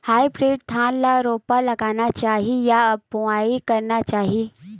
Hybrid धान ल रोपा लगाना चाही या बोआई करना चाही?